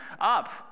Up